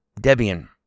Debian